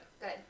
Good